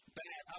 bad